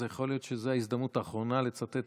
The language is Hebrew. אז יכול להיות שזו ההזדמנות האחרונה לצטט